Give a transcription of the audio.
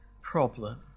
problem